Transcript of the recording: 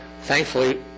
thankfully